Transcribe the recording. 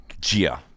Gia